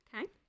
Okay